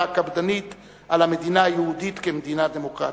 הקפדנית על המדינה היהודית כמדינה דמוקרטית.